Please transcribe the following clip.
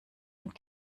und